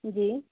जी